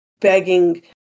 begging